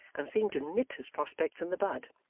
and seemed to nip his prospects in the bud.